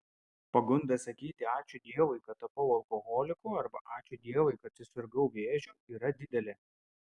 pagunda sakyti ačiū dievui kad tapau alkoholiku arba ačiū dievui kad susirgau vėžiu yra didelė